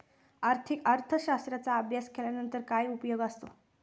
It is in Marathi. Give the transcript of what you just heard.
आर्थिक अर्थशास्त्राचा अभ्यास केल्यानंतर काय उपयोग असतो?